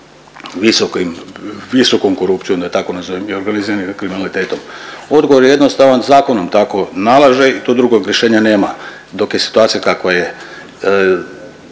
visokom korupcijom da tako nazovem i organiziranim kriminalitetom. Odgovor je jednostavan zakon vam tako nalaže i to drugog rješenja nema dok je situacija kakva je.